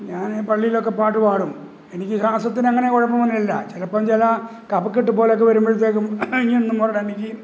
ഞാന് പള്ളിയിലൊക്ക പാട്ട് പാടും എനിക്ക് ശ്വാസത്തിനങ്ങനെ കുഴപ്പം ഒന്നുമില്ല ചിലപ്പോള് ചില കഫക്കെട്ട് പോലൊക്ക വരുമ്പഴത്തേക്കും ഇങ്ങനൊന്ന് മൊരടനക്കി